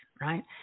right